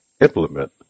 implement